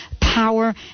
power